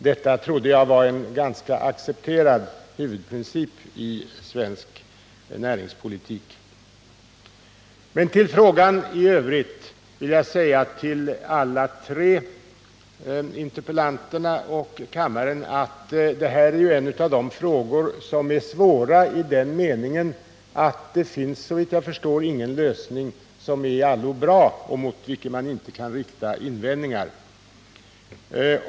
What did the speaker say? Detta trodde jag var en ganska accepterad huvudprincip i svensk näringspolitik. Beträffande frågan i övrigt vill jag till interpellanten, frågeställarna och kammaren säga att detta är en av de frågor som är svåra i den meningen att det, såvitt jag kan förstå, inte finns någon lösning som i allo är bra och mot vilken man inte kan rikta invändningar.